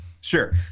Sure